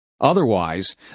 Otherwise